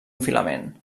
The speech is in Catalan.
filament